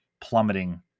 plummeting